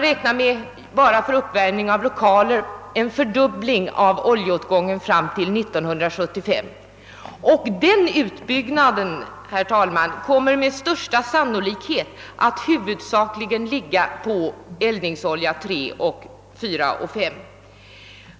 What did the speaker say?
Enbart för uppvärmning av lokaler räknar men med en fördubbling av oljeåtgången fram till 1975. Och den ökningen, herr talman, kommer med största sannolikhet att huvudsakligen ligga på eldningsoljorna III, IV och V.